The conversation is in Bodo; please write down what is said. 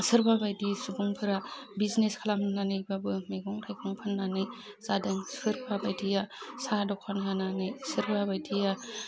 सोरबाबायदि सुबुंफोरा बिजिनेस खालामनानैबाबो मैगं थाइगं फाननानै जादों सोरबाबायदिया साहा दखान होनानै सोरबा बायदिया